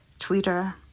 Twitter